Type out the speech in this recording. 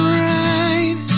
right